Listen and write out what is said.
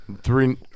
Three